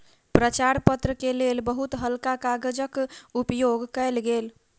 प्रचार पत्र के लेल बहुत हल्का कागजक उपयोग कयल गेल